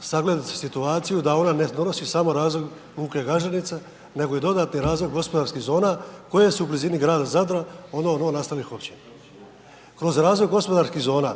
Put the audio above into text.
sagledati situaciju da ona ne donosi samo razvoj luke Gaženica, nego i dodatni razvoj gospodarskih zona koje su u blizini grada Zadra …/nerazumljivo/… općina. Kroz razvoj gospodarskih zona